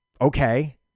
okay